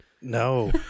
no